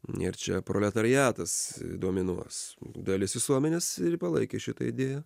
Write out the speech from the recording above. nėr čia proletariatas dominuos dalis visuomenės ir palaikė šitą idėją